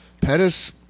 Pettis